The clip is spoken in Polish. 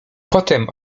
potem